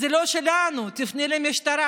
זה לא שלנו, תפנה למשטרה.